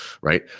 right